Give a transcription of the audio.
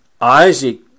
Isaac